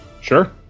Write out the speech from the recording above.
Sure